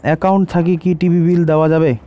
Account থাকি কি TV bill দেওয়া যাবে?